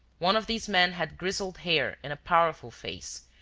one of these men had grizzled hair and a powerful face,